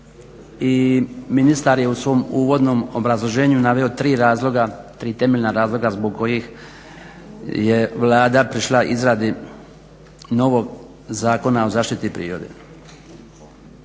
i ministar je u svom uvodnom obrazloženju naveo tri razloga, tri temeljna razloga zbog kojih je Vlada prišla izradi novog Zakona o zaštiti prirode.